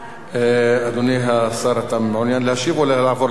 אדוני, אתה מעוניין להשיב או לעבור להצבעה?